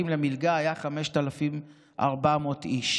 החייל וארגון ידידי צה"ל בארצות הברית ובפנמה, FIDF .